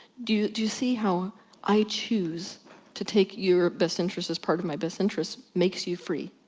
do do you see how i chose to take your best interests as part of my best interests makes you free?